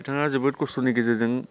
बिथाङा जोबोर खस्थ'नि गेजेरजों